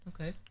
Okay